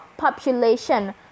Population